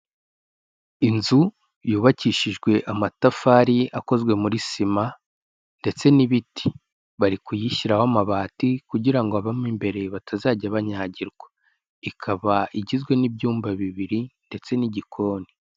Inzu yubakishijwe amatafari akozwe muri sima ndetse n'ibiti. Bari kuyishyiraho amabati kugira ngo abo mo imbere batazajya banyagirwa. Ikaba igizwe n'ibyumba bibiri ndetse n'igikoni.